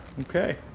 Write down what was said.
Okay